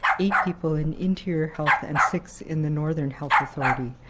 eight people in interior health and six in the northern health authority.